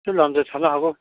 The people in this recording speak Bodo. इसे लान्जाइ थानो हागौ